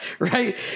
Right